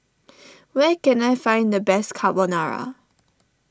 where can I find the best Carbonara